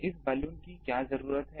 इस बलून की क्या जरूरत है